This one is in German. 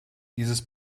dieses